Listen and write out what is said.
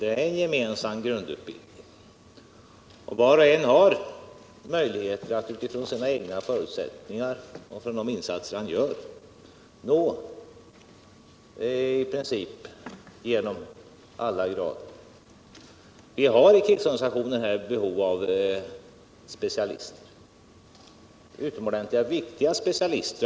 Det omfattar en gemensam grundutbildning, och var och en har möjlighet att utifrån sina egna förutsättningar och genom de insatser man gör avancera genom i princip alla grader. Vi har inom krigsorganisationen behov av specialister, och det handlar om utomordentligt viktiga specialister.